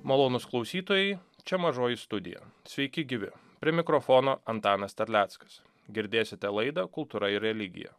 malonūs klausytojai čia mažoji studija sveiki gyvi prie mikrofono antanas terleckas girdėsite laidą kultūra ir religija